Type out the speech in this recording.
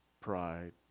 pride